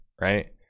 right